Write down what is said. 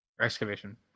Excavation